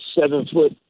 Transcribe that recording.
seven-foot